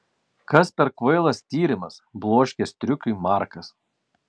kas per kvailas tyrimas bloškė striukiui markas